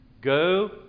Go